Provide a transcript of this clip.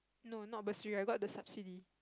no not bursary I got the subsidy